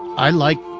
i like,